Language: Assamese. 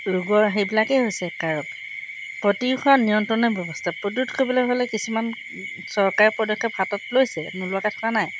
ৰোগৰ সেইবিলাকেই হৈছে কাৰক প্ৰতিষেধ নিয়ন্ত্ৰণৰ ব্যৱস্থা প্ৰতিৰোধ কৰিবলৈ হ'লে কিছুমান চৰকাৰে পদক্ষেপ হাতত লৈছে নোলোৱাকে থকা নাই